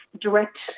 direct